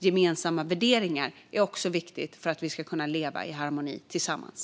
Gemensamma värderingar är också viktiga för att vi ska kunna leva i harmoni tillsammans.